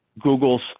Google's